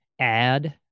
add